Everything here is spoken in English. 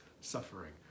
suffering